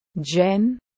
Jen